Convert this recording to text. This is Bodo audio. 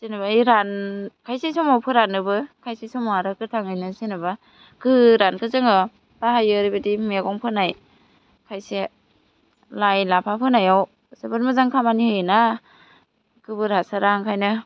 जेनेबा बे रान खायसे समाव फोरानोबो खायसे समाव आरो गोथाङैनो जेनेबा गोरानखौ जोङो बाहायो ओरैबायदि मेगं फोनाय खायसे लाइ लाफा फोनायाव जोबोर मोजां खामानि होयो ना गोबोर हासारा ओंखायनो